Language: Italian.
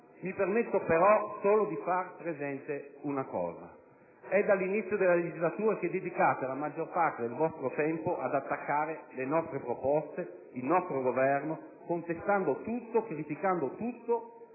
Mi permetto però di far presente che è dall'inizio della legislatura che dedicate la maggior parte del vostro tempo ad attaccare le nostre proposte, il nostro Governo, contestando e criticando tutto,